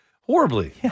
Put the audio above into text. Horribly